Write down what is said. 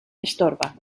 estorba